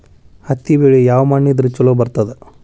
ಹತ್ತಿ ಬೆಳಿ ಯಾವ ಮಣ್ಣ ಇದ್ರ ಛಲೋ ಬರ್ತದ?